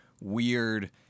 Weird